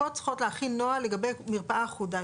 הקופות צריכות להכין נוהל לגבי מרפאה אחודה,